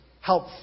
help